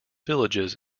villages